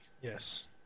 Yes